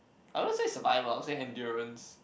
I won't say survive lah I will say endurance